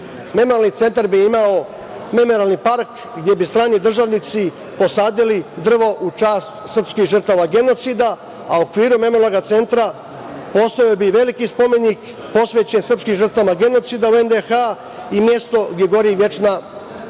Memorijalni centar bi imao memorijalni park gde bi strani državnici posadili drvo u čast srpskih žrtava genocida, a u okviru memorijalnog centra, postojao bi veliki spomenik posvećen srpskim žrtvama genocida u NDH i mesto gde gori večna